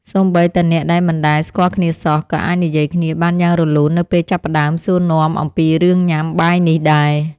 សូម្បីតែអ្នកដែលមិនដែលស្គាល់គ្នាសោះ ក៏អាចនិយាយគ្នាបានយ៉ាងរលូននៅពេលចាប់ផ្តើមសួរនាំអំពីរឿងញ៉ាំបាយនេះដែរ។